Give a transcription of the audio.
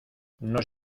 nos